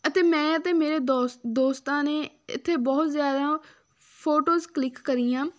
ਅਤੇ ਮੈਂ ਅਤੇ ਮੇਰੇ ਦੋਸ ਦੋਸਤਾਂ ਨੇ ਇੱਥੇ ਬਹੁਤ ਜ਼ਿਆਦਾ ਫੋਟੋਜ਼ ਕਲਿੱਕ ਕਰੀਆਂ